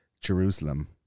Jerusalem